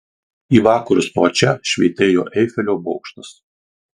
į vakarus nuo čia švytėjo eifelio bokštas